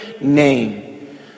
name